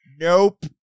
Nope